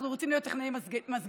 אנחנו רוצים להיות טכנאי מזגנים,